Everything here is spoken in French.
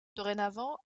dorénavant